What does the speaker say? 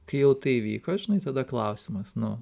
kai jau tai įvyko žinai tada klausimas nu